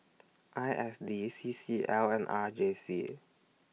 I S D C C L and R J C